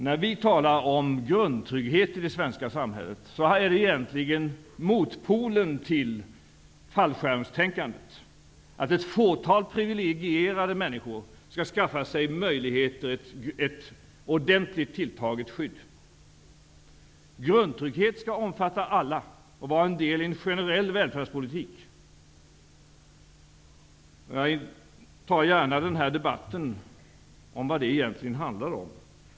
När vi talar om grundtrygghet i det svenska samhället är det egentligen motpolen till fallskärmstänkandet. Genom fallskärmar skaffade sig ett fåtal privilegierade människor möjlighet till ett ordentligt tilltaget skydd. Grundtrygghet skall omfatta alla och vara en del i en generell välfärdspolitik. Jag tar gärna en debatt om vad det egentligen handlar om.